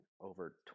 over